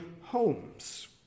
homes